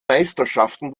meisterschaften